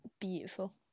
beautiful